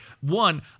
one